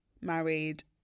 married